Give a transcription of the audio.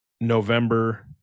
November